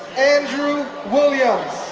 andrew williams,